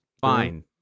Fine